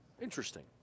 interesting